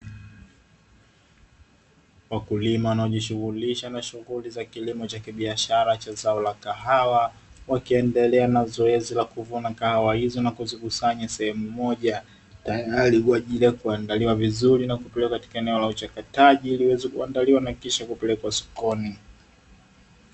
Wakulima wanaojishughulisha na shughuli za kilimo cha kibiashara cha zao la kahawa wakiendelea na zoezi la kuvuna kahawa hizo na kuzikusanya sehemu moja, tayari kwa ajili ya kuandaliwa vizuri na kupelekwa eneo la uchakataji ili waweze kuandaliwa na kisha kupelekwa sokoni.